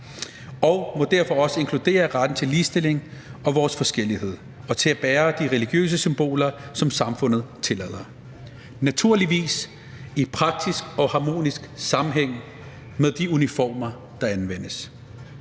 og må derfor også inkludere retten til ligestilling og forskellighed og til at bære de religiøse symboler, som samfundet tillader – naturligvis i praktisk og harmonisk sammenhæng med de uniformer, der anvendes.